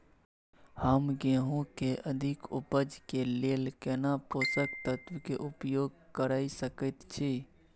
हम गेहूं के अधिक उपज के लेल केना पोषक तत्व के उपयोग करय सकेत छी?